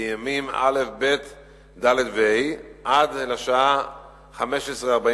בימים א', ב', ד' וה', עד לשעה 15:45,